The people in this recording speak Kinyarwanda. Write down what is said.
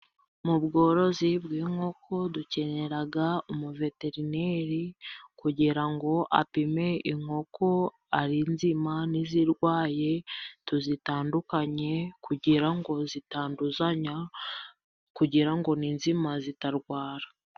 Mu bworozi bw'inkoko dukenera umuveterineri, kugira ngo apime inkoko ari inzima n'izirwaye tuzitandukanye, kugira ngo zitanduzanya kugirango ni nzima zitarwara.